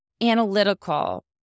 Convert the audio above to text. analytical